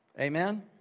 Amen